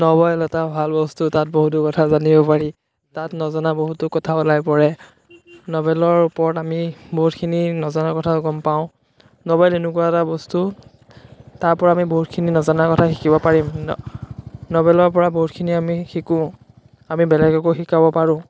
novel এটা ভাল বস্তু তাত বহুতো কথা জানিব পাৰি তাত নজনা বহুতো কথা ওলাই পৰে নবেলৰ ওপৰত আমি বহুতখিনি নজনা কথা গম পাওঁ নবেল এনেকুৱা এটা বস্তু তাৰপৰা আমি বহুতখিনি নজনা কথা শিকিব পাৰিম নবেলৰ পৰা বহুতখিনি আমি শিকোঁ আমি বেলেগকো শিকাব পাৰোঁ